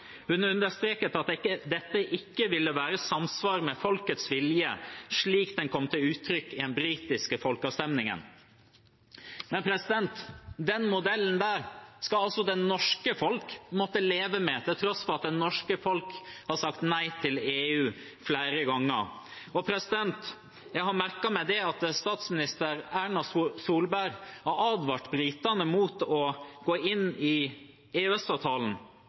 Hun understreket at dette ikke ville være i samsvar med folkets vilje, slik den kom til uttrykk i den britiske folkeavstemningen.» Men den modellen skal altså det norske folk måtte leve med, til tross for at det norske folk har sagt nei til EU flere ganger. Jeg har merket meg at statsminister Erna Solberg har advart britene mot å gå inn i